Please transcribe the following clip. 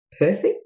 perfect